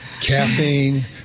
caffeine